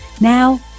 Now